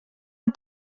amb